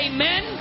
Amen